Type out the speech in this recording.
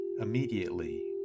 Immediately